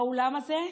באולם הזה,